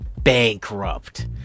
bankrupt